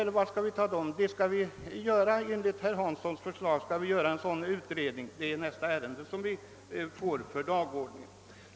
Det skall alltså ske en avsättning av mark enligt herr Hanssons förslag som behandlas i nästa ärende på dagordningen.